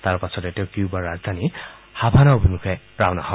তাৰ পাছতে তেওঁ কিউবাৰ ৰাজধানী হাভানা অভিমুখে ৰাওনা হয়